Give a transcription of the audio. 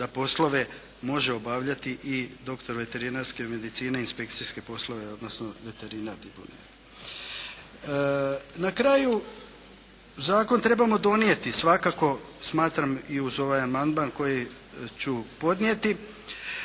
da poslove može obavljati i doktor veterinarske medicine inspekcijske poslove odnosno veterinar diplomirani. Na kraju, zakon trebamo donijeti, svakako smatram i uz ovaj amandman koji ću podnijeti,